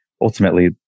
ultimately